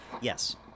Yes